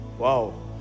wow